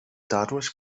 dadurch